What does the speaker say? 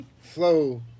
flow